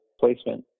placement